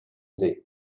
deep